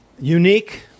unique